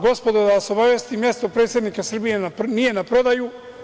Gospodo, da vas obavestim, mesto predsednika Srbije nije na prodaju.